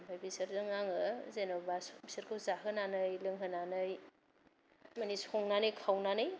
आमफ्राय बिसोरजों आंङो जेन'बा बिसोरखौ जाहोनानै लोंहोनानै मानि संनानै खावनानै